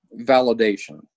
Validation